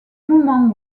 moment